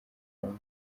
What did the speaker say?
abamo